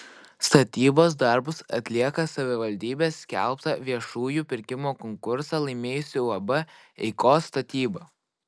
statybos darbus atlieka savivaldybės skelbtą viešųjų pirkimų konkursą laimėjusi uab eikos statyba